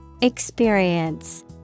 Experience